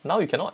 now you cannot